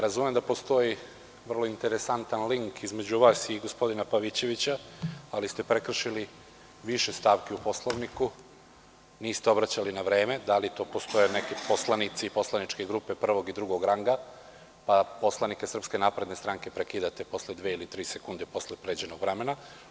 Razumem da postoji vrlo interesantan link između vas i gospodina Pavićevića, ali ste prekršili više stavki u Poslovniku, niste obraćali pažnju na vreme, da li to postoje neki poslanici i poslaničke grupe prvog i drugog ranga, pa poslanike SNS prekidate posle dve ili tri sekunde posle pređenog vremena.